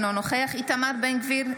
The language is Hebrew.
אינו נוכח איתמר בן גביר,